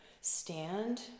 stand